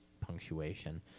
punctuation